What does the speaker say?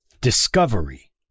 Discovery